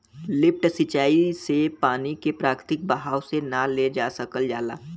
lift सिंचाई से पानी के प्राकृतिक बहाव से ना ले जा सकल जाला